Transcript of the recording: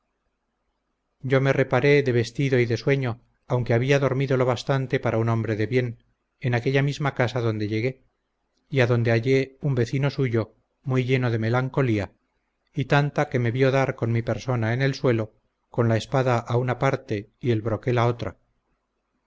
yo me reparé de vestido y de sueño aunque había dormido lo bastante para un hombre de bien en aquella misma casa donde llegué y a donde hallé un vecino suyo muy lleno de melancolía y tanta que me vió dar con mi persona en el suelo con la espada a una parte y el broquel a otra